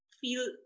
feel